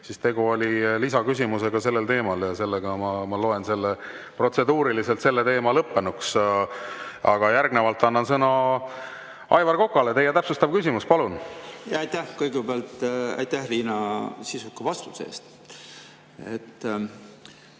siis tegu oli lisaküsimusega sellel teemal. Ma loen protseduuriliselt selle teema lõppenuks. Aga järgnevalt annan sõna Aivar Kokale. Teie täpsustav küsimus, palun! Aitäh! Kõigepealt aitäh, Riina, sisuka vastuse eest!